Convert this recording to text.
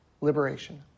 liberation